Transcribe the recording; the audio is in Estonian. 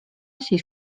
siis